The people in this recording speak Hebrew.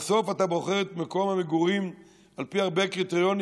בסוף אתה בוחר את מקום המגורים על פי הרבה קריטריונים,